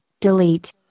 Delete